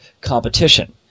competition